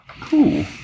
Cool